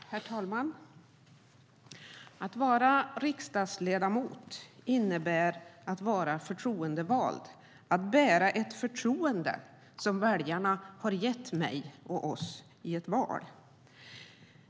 Herr talman! Att vara riksdagsledamot innebär att vara förtroendevald - att bära ett förtroende som väljarna har gett mig och oss i ett val.